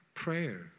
prayer